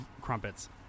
crumpets